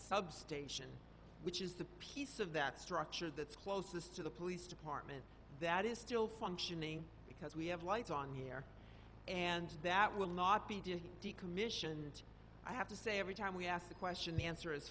substation which is the piece of that structure that's closest to the police department that is still functioning because we have lights on here and that will not be doing decommissioned i have to say every time we asked a question the answer is